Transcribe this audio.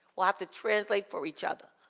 we'll have to translate for each other.